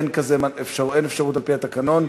אין אפשרות על-פי התקנון,